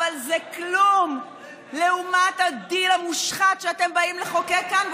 אבל זה כלום לעומת הדיל המושחת שאתם באים לחוקק כאן,